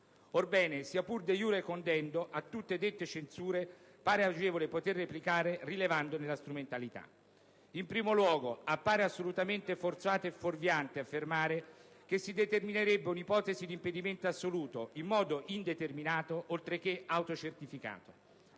Orbene, sia pure *de* *iure condendo*, a tutte dette censure pare agevole poter replicare, rilevandone la strumentalità. In primo luogo, appare assolutamente forzato e fuorviante affermare che si determinerebbe un'ipotesi di impedimento assoluto in modo indeterminato, oltre che autocertificato.